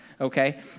okay